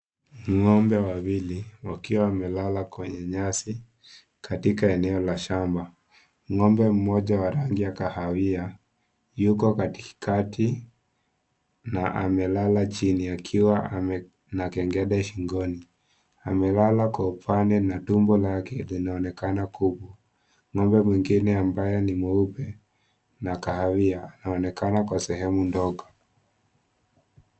Ngombe wawili wakiwa wamelala kwenye nyasi katika eneo la shamba, ngombe mmoja wa rangi ya kahawia yuko katikati na amelala chini akiwa na kingele shingoni, amelala kwanupande na tumbo lake linaonekana ,ngombe mwingine ambaye ni mweupe na kahawia anaonekana kwa sehemu ndogo.